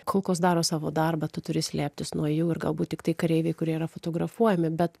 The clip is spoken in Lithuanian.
kulkos daro savo darbą tu turi slėptis nuo jų ir galbūt tiktai kareiviai kurie yra fotografuojami bet